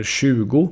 20